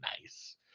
nice